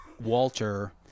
Walter